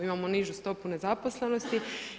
Imamo nižu stopu nezaposlenosti.